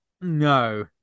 No